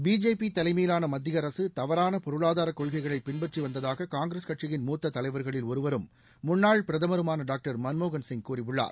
BJP தலைமையிலான மத்திய அரசு தவறான பொருளாதார கொள்கைகளை பின்பற்றி வந்ததாக காங்கிரஸ் கட்சியின் மூத்த தலைவர்களில் ஒருவரும் முன்னாள் பிரதமருமான டாக்டர் மன்மோகன் சிங் கூறியுள்ளார்